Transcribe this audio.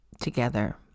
together